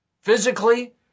Physically